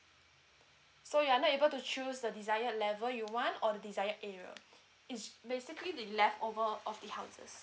so you are not ablt to choose the desired level you want or desired area it's basically the left over of the houses